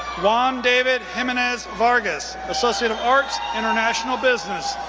juan david jimenez vargas, associate of arts, international business.